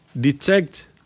detect